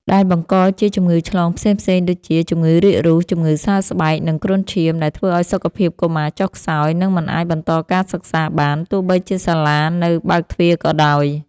ដែលបង្កជាជំងឺឆ្លងផ្សេងៗដូចជា ជំងឺរាគរូស ជំងឺសើស្បែក និងគ្រុនឈាម ដែលធ្វើឱ្យសុខភាពកុមារចុះខ្សោយ និងមិនអាចបន្តការសិក្សាបាន ទោះបីជាសាលានៅបើកទ្វារក៏ដោយ។